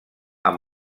amb